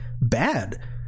bad